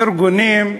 ארגונים,